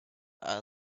are